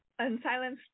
Unsilenced